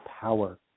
power